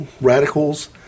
radicals